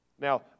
Now